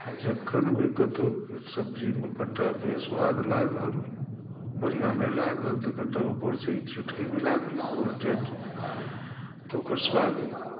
आ जखन भी कतौ सब्ज़ीमे कनिटा बेस्वाद लागल बढ़िआँ नहि लागल तऽ कनिटा ऊपरसॅं एक चुटकी मिला देलहुँ तऽ ओकर स्वाद